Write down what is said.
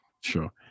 Sure